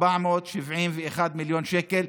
471 מיליון שקל,